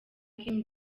kim